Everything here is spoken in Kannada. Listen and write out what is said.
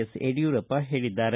ಎಸ್ ಯಡಿಯೂರಪ್ಪ ಹೇಳಿದ್ದಾರೆ